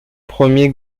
premier